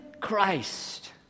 Christ